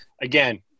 Again